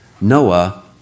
Noah